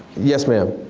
yes ma'am?